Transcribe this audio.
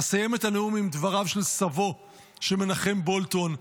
אסיים את הנאום עם דבריו של סבו של מנחם בולטון,